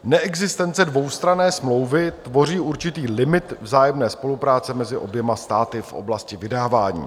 Neexistence dvoustranné smlouvy tvoří určitý limit vzájemné spolupráce mezi oběma státy v oblasti vydávání.